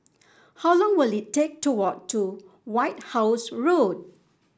how long will it take to walk to White House Road